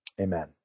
Amen